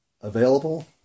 available